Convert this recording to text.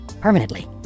permanently